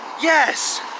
YES